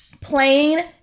plain